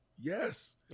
Yes